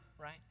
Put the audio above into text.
right